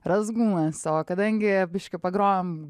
razgūnas o kadangi biškį pagrojom